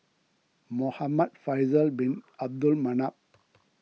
Muhamad Faisal Bin Abdul Manap